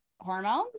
hormones